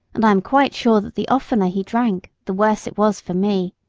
and i am quite sure that the oftener he drank the worse it was for me.